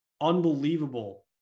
unbelievable